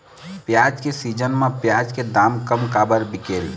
प्याज के सीजन म प्याज के दाम कम काबर बिकेल?